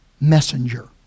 messenger